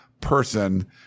person